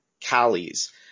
Callies